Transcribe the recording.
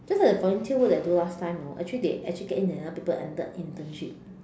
just like the volunteer work that I do last time know actually actually they get in another people enter the internship